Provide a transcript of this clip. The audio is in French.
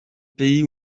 pays